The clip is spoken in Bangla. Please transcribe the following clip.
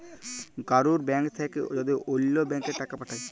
কারুর ব্যাঙ্ক থাক্যে যদি ওল্য ব্যাংকে টাকা পাঠায়